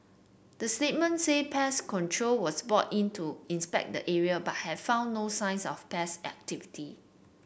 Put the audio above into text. the statement said pest control was brought in to inspect the area but had found no signs of pest activity